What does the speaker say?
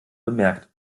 bemerkt